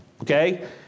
Okay